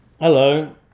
Hello